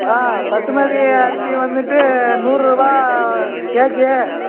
ஆ பாசுமதி அரிசி வந்துவிட்டு நூறுபா கேஜி